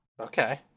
okay